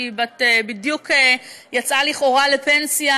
והיא בדיוק יצאה לכאורה לפנסיה,